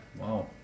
wow